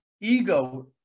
ego